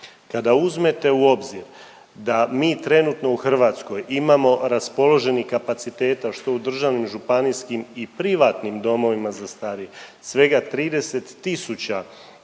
Kada uzmete u obzir da mi trenutno u Hrvatskoj imamo raspoloženih kapaciteta što u državnim, županijskim i privatnim Domovima za starije, svega 30